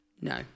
No